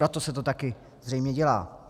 Proto se to taky zřejmě dělá.